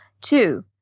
Two